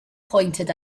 pointed